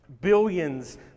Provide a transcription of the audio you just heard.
Billions